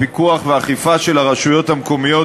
והפיקוח העירוניים ברשויות המקומיות (הוראת שעה)